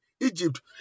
Egypt